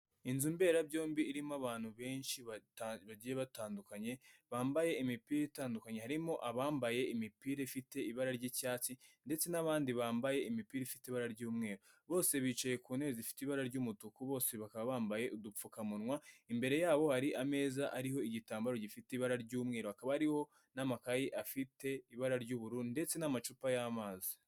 Inzu mberabyombi irimo abantu benshi bagiye batandukanye bambaye imipira itandukanye harimo abambaye imipira ifite ibara ry'icyatsi ndetse n'abandi bambaye imipira ifite ibara ry'umweru bose bicaye ku ntebe aifite ibara ry'umutuku bose bakaba bambaye udupfukamunwa imbere yabo hari ameza ariho igitambaro gifite ibara ry'umweru akaba ariho n'amakayi afite ibara ry'ubururu ndetse n'amacupa y'amazi.